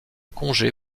congé